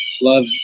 Love